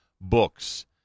books